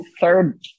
Third